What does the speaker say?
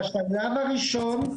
בשלב הראשון,